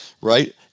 right